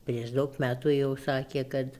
prieš daug metų jau sakė kad